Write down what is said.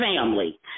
family